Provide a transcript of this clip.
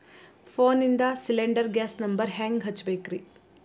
ಫೋನಿಂದ cylinder gas number ಹೆಂಗ್ ಹಚ್ಚ ಬೇಕ್ರಿ?